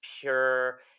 pure